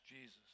Jesus